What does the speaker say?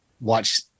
watch